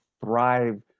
thrive